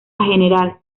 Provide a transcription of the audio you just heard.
general